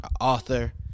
Author